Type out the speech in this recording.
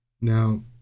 Now